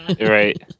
Right